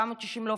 לאופקים,